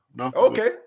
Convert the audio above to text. Okay